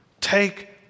Take